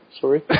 sorry